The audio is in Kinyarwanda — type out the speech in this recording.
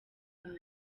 bank